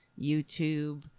YouTube